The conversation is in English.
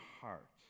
heart